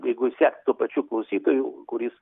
jeigu sekt tuo pačiu klausytoju kuris